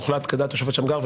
הוחלט כדעת השופט שמגר,